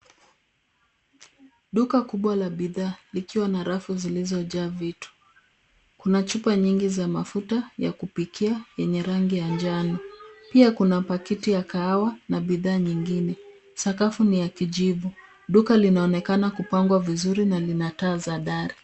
Duka kubwa la bidhaa likiwa na rafu zilizojaa vitu. Kuna chupa nyingi za mafuta ya kupikia yenye rangi ya njano. Pia kuna pakiti ya kahawa na bidhaa nyingine. Sakafu ni ya kijivu. Duka linaonekana kupangwa vizuri na lina taa za dari.